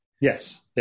Yes